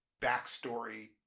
backstory